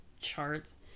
charts